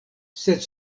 sed